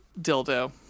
dildo